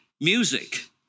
music